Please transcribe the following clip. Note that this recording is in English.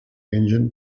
engine